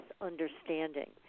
understanding